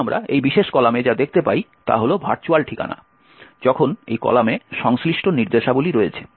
তাই আমরা এই বিশেষ কলামে যা দেখতে পাই তা হল ভার্চুয়াল ঠিকানা যখন এই কলামে সংশ্লিষ্ট নির্দেশাবলী রয়েছে